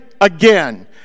again